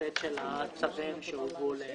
סט הצווים שהובאו